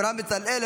אברהם בצלאל,